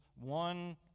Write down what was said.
one